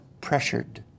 pressured